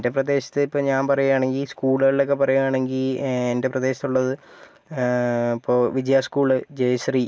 എന്റെ പ്രദേശത്ത് ഇപ്പോൾ ഞാൻ പറയുവാണെങ്കിൽ സ്കൂളുകളിലൊക്കെ പറയുവാണെങ്കിൽ എന്റെ പ്രദേശത്തുള്ളത് ഇപ്പോൾ വിജയ സ്കൂൾ ജയശ്രീ